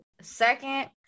Second